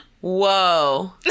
whoa